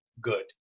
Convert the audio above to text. good